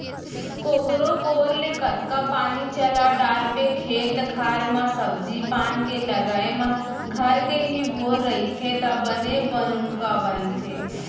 कोकरो बोर ले कतका पानी चला डारवे खेत खार म सब्जी पान के लगाए म घर के ही बोर रहिथे त बने बनउका बनथे